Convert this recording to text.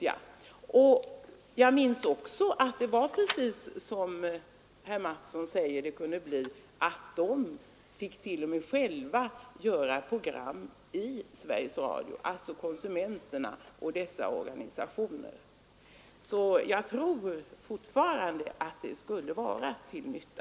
Jag minns också att det var precis så som herr Mattsson i Lane-Herrestad säger att det skulle kunna bli i Sveriges Radio, nämligen att konsumenterna och deras organisationer t.o.m. själva fick göra program. Jag tror fortfarande att det kunde vara till nytta.